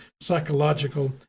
psychological